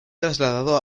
trasladado